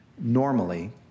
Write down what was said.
normally